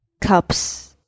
Cups